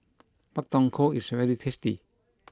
Pak Thong Ko is very tasty